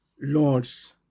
Lord's